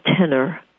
tenor